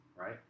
right